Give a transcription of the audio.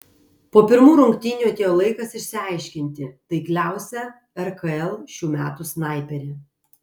po pirmų rungtynių atėjo laikas išsiaiškinti taikliausią rkl šių metų snaiperį